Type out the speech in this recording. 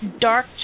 dark